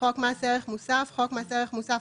"חוק מס ערך מוסף"- חוק מס ערך מוסף,